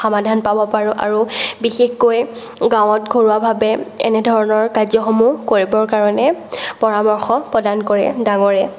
সমাধান পাব পাৰোঁ আৰু বিশেষকৈ গাঁৱত ঘৰুৱাভাৱে এনেধৰণৰ কাৰ্যসমূহ কৰিবৰ কাৰণে পৰামৰ্শ প্ৰদান কৰে ডাঙৰে